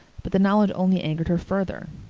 but the knowledge only angered her further.